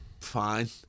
fine